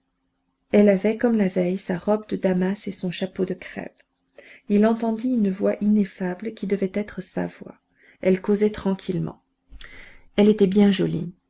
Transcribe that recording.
elle avait comme la veille sa robe de damas et son chapeau de crêpe il entendit une voix ineffable qui devait être sa voix elle causait tranquillement elle était bien jolie